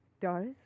Doris